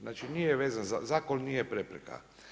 Znači nije vezan, zakon nije prepreka.